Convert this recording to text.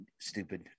stupid